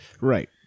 Right